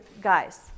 guys